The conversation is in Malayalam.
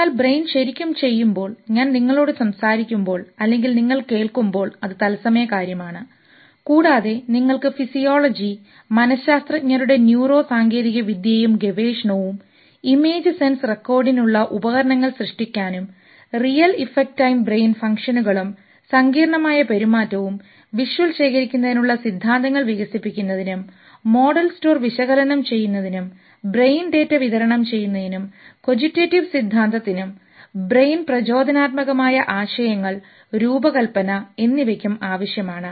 എന്നാൽ ബ്രെയിൻ ശരിക്കും ചെയ്യുമ്പോൾ ഞാൻ നിങ്ങളോട് സംസാരിക്കുമ്പോൾ അല്ലെങ്കിൽ നിങ്ങൾ കേൾക്കുമ്പോൾ അത് തത്സമയ കാര്യമാണ് കൂടാതെ നിങ്ങൾക്ക് ഫിസിയോളജി മനശാസ്ത്രജ്ഞരുടെ ന്യൂറോ സാങ്കേതികവിദ്യയും ഗവേഷണവും ഇമേജ് സെൻസ് റെക്കോർഡിനുള്ള ഉപകരണങ്ങൾ സൃഷ്ടിക്കാനും റിയൽ ഇഫക്റ്റ് ടൈം ബ്രെയിൻ ഫംഗ്ഷനുകളും സങ്കീർണ്ണമായ പെരുമാറ്റവും വിഷ്വൽ ശേഖരിക്കുന്നതിനുള്ള സിദ്ധാന്തങ്ങൾ വികസിപ്പിക്കുന്നതിനും മോഡൽ സ്റ്റോർ വിശകലനം ചെയ്യുന്നതിനും ബ്രെയിൻ ഡാറ്റ വിതരണം ചെയ്യുന്നതിനും cogitative സിദ്ധാന്തതിനും ബ്രെയിൻ പ്രചോദനാത്മകമായ ആശയങ്ങൾ രൂപകൽപ്പന എന്നിവയ്ക്കും ആവശ്യമാണ്